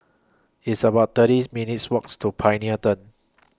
It's about thirties minutes' Walks to Pioneer Turn